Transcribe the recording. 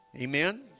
Amen